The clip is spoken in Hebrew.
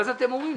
ואז אתם אומרים: